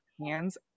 hands